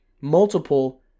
multiple